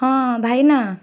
ହଁ ଭାଇନା